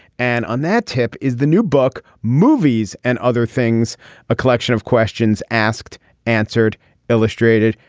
and on that tip is the new book movies and other things a collection of questions asked answered illustrated.